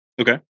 Okay